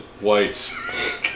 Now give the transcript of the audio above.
whites